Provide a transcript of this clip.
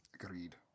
Agreed